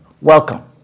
welcome